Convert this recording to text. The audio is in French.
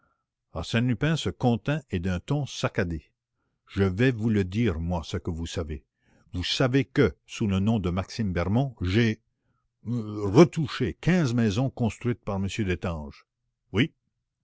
lupin se contint et d'un ton saccadé je vais vous le dire moi ce que vous savez vous savez que sous le nom de maxime bermond j'ai retouché quinze maisons construites par m destange oui